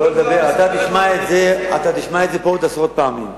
אתה תשמע את זה פה עוד עשרות פעמים.